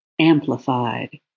amplified